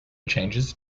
changes